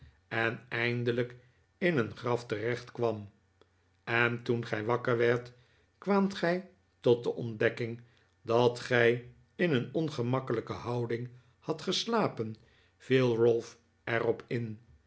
en eindelijk in een graf terecht kwam en toen gij wakker werdt kwaamt gij tot de ontdekking dat gij in een ongemakkelijke houdihg hadt geslapen viel ralph er op in